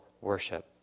worship